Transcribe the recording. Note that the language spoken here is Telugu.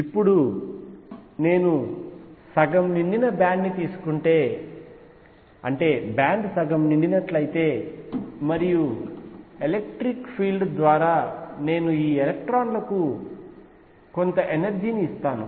ఇప్పుడు నేను సగం నిండిన బ్యాండ్ ని తీసుకుంటే బ్యాండ్ సగం నిండినట్లయితే మరియు ఎలక్ట్రిక్ ఫీల్డ్ ద్వారా నేను ఈ ఎలక్ట్రాన్ లకు కొంత ఎనర్జీ ని ఇస్తాను